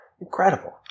Incredible